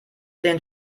den